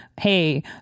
hey